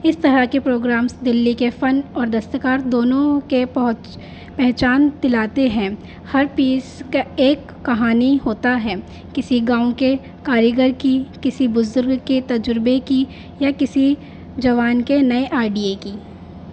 اس طرح کے پروگرامس دلی کے فن اور دستکار دونوں کے پہنچ پہچان دلاتے ہیں ہر پیس کا ایک کہانی ہوتا ہے کسی گاؤں کے کاریگر کی کسی بزرگ کے تجربے کی یا کسی جوان کے نئے آئیڈیے کی